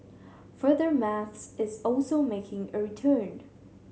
further maths is also making a return